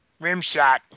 Rimshot